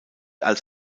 als